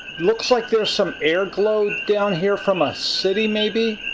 looks like there is some air glow down here from a city, maybe.